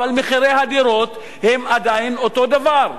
אבל מחירי הדירות הם עדיין אותו דבר,